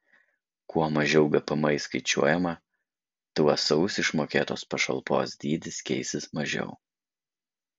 kuo mažiau gpm išskaičiuojama tuo sausį išmokėtos pašalpos dydis keisis mažiau